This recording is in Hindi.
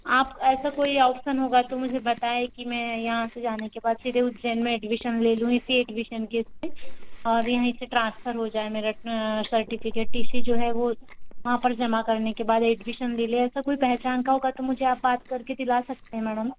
आप ऐसा कोई ऑप्शन होगा तो मुझे बताएं कि मैं यहाँ से जाने के बाद सीधे उज्जैन में एडमिशन ले लूँ इसी एक विषय में और यहीं से ट्रांसफर हो जाए मेरा सर्टिफिकेट टी सी जो है वो वहाँ पर जमा करने के बाद एडमिशन ले लें ऐसा कोई पहचान का होगा तो मुझे आप बात करके दिला सकते हैं मैडम